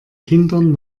kindern